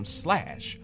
slash